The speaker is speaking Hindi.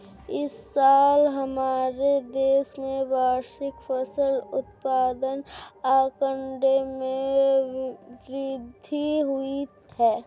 इस साल हमारे देश में वार्षिक फसल उत्पादन आंकड़े में वृद्धि हुई है